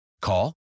Call